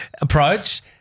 approach